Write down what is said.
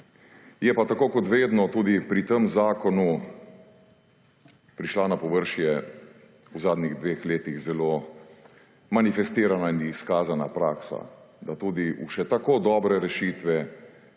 Je pa tako kot vedno tudi pri tem zakonu prišla na površje v zadnjih dveh letih zelo manifestirana in izkazana praksa, da tudi v še tako dobre rešitve